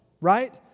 Right